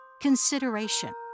consideration